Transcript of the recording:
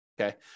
okay